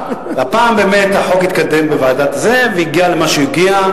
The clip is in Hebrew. והפעם באמת החוק התקדם בוועדה והגיע למה שהגיע,